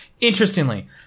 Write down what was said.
interestingly